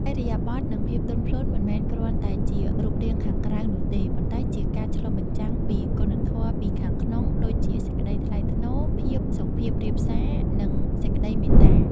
ឥរិយាបថ និងភាពទន់ភ្លន់មិនមែនគ្រាន់តែជារូបរាងខាងក្រៅនោះទេ ប៉ុន្តែជាការឆ្លុះបញ្ចាំងពីគុណធម៌ពីខាងក្នុងដូចជាសេចក្ដីថ្លៃថ្នូរ ភាពសុភាពរាបសារ និងសេចក្ដីមេត្តា។